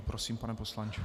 Prosím, pane poslanče.